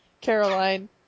Caroline